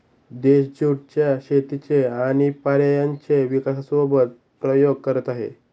देश ज्युट च्या शेतीचे आणि पर्यायांचे विकासासोबत प्रयोग करत आहे